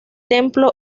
templo